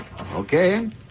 Okay